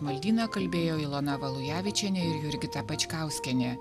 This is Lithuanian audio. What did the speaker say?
maldyną kalbėjo ilona valujevičienė ir jurgita pačkauskienė